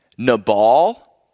Nabal